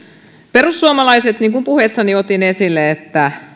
perussuomalaiset niin kuin puheessani otin esille